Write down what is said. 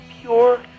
pure